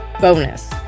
bonus